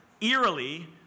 eerily